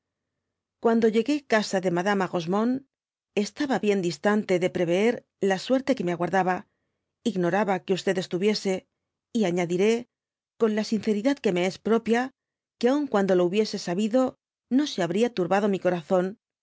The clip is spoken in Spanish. cuando llegué casa de madama rosemonde estaba bien distante de preveér la suerte que me aguardaba ignoraba que estuviese y añadiré con la sinceridad que me es propia que aun cuando lo hubiese sabido no se habría turbado mi corazón